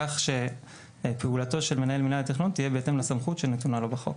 כך שפעולתו של מנהל מינהל התכנון תהיה בהתאם לסמכות שנתונה לו בחוק.